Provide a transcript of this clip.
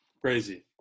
crazy